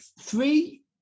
three